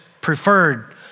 preferred